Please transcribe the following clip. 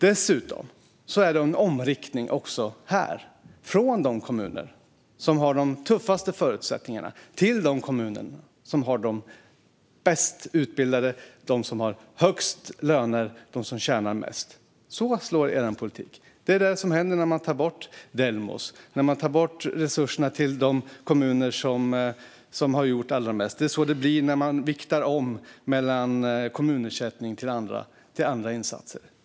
Dessutom är det också här en omriktning från de kommuner som har de tuffaste förutsättningarna till de kommuner som har de bäst utbildade, till dem som har högst löner och till dem som tjänar mest. Så slår Sverigedemokraternas politik. Det är det som händer när man tar bort Delmos och när man tar bort resurserna för de kommuner som har gjort allra mest. Det är så det blir när man viktar om mellan kommunersättning och andra insatser.